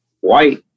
white